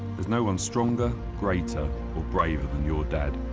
there's no-one stronger, greater or braver than your dad.